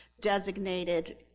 designated